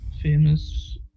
famous